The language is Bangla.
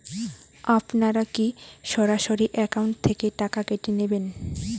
আপনারা কী সরাসরি একাউন্ট থেকে টাকা কেটে নেবেন?